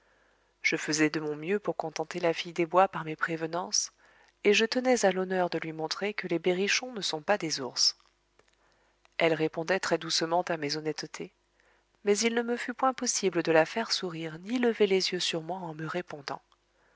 je faisais de mon mieux pour contenter la fille des bois par mes prévenances et je tenais à honneur de lui montrer que les berrichons ne sont pas des ours elle répondait très-doucement à mes honnêtetés mais il ne me fut point possible de la faire sourire ni lever les yeux sur moi en me répondant